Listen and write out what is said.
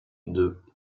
deux